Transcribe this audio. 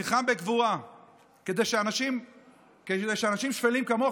נלחם בגבורה כדי שאנשים שפלים כמוך